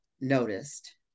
noticed